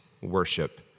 worship